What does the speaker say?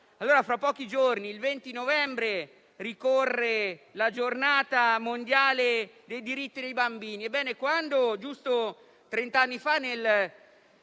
d'Italia. Fra pochi giorni, il 20 novembre, ricorre la Giornata mondiale dei diritti dei bambini. Ebbene, quando giusto trent'anni fa,